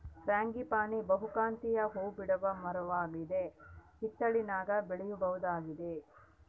frangipani ಬಹುಕಾಂತೀಯ ಹೂಬಿಡುವ ಮರವಾಗದ ಹಿತ್ತಲಿನಾಗ ಬೆಳೆಯಬಹುದಾಗಿದೆ